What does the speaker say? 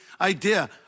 idea